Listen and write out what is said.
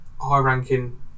high-ranking